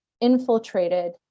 infiltrated